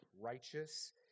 righteous